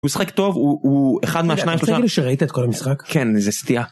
הוא משחק טוב, הוא אחד מהשניים שלושה... אתה רוצה להגיד לי שראית את כל המשחק? כן, זו סטייה.